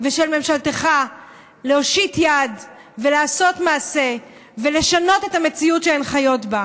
ושל ממשלתך להושיט יד ולעשות מעשה ולשנות את המציאות שהן חיות בה.